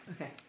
Okay